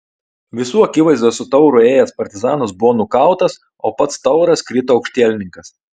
visų akivaizdoje su tauru ėjęs partizanas buvo nukautas o pats tauras krito aukštielninkas